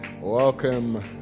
Welcome